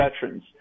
veterans